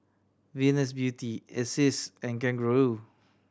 Venus Beauty Asics and Kangaroo